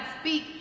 speak